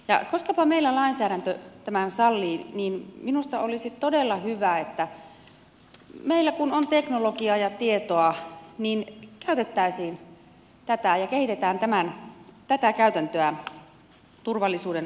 ja koskapa meillä lainsäädäntö tämän sallii niin minusta olisi todella hyvä että meillä kun on teknologiaa ja tietoa niin käytettäisiin tätä ja kehitetään tätä käytäntöä turvallisuuden parantamiseksi